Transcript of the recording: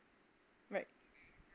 right